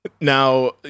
Now